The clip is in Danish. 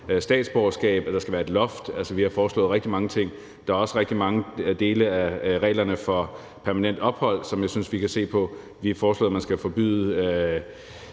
jo foreslået, at der skal være et loft. Altså, vi har foreslået rigtig mange ting. Der er også rigtig mange dele af reglerne for permanent ophold, som jeg synes vi kan se på. Vi har foreslået, at man skal forbyde